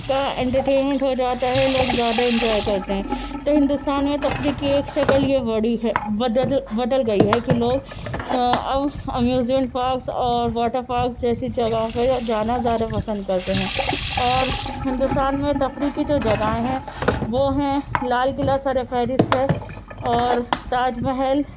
کا انٹرنینمنٹ ہو جاتا ہے لوگ زیادہ انجوائے کرتے ہیں تو ہندوستان میں تفریح کی ایک شکل یہ بڑی ہے بدل گئی ہے کہ لوگ اب امیوزنٹ پارکس اور واٹر پارکس جیسی جگہوں پہ جانا زیادہ پسند کرتے ہیں اور ہندوستان میں تفریح کی جو جگہیں ہیں وہ ہیں لال قلعہ سر فہرست ہے اور تاج محل